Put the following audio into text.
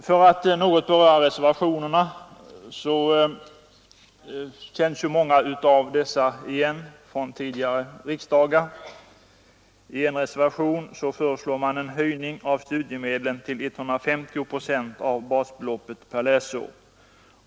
Många av reservationerna känns igen från tidigare riksdagar. I en reservation föreslås en höjning av studiemedlen till 150 procent av basbeloppet per läsår.